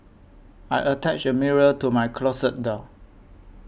I attached a mirror to my closet door